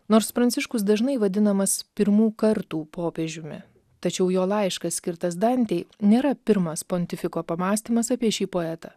nors pranciškus dažnai vadinamas pirmų kartų popiežiumi tačiau jo laiškas skirtas dantei nėra pirmas pontifiko pamąstymas apie šį poetą